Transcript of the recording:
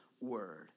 word